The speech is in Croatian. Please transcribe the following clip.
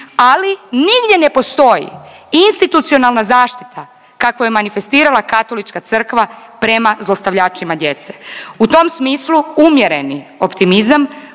ali nigdje ne postoji institucionalna zaštita kakvu je manifestirala Katolička Crkva prema zlostavljačima djece. U tom smislu umjereni optimizam